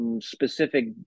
specific